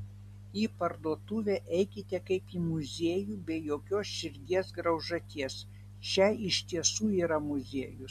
į parduotuvę eikite kaip į muziejų be jokios širdies graužaties čia iš tiesų yra muziejus